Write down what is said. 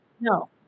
no